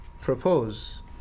propose